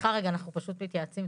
סליחה רגע, אנחנו פשוט מתייעצים.